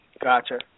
Gotcha